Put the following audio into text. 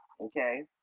okay